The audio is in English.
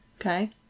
Okay